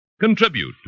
Contribute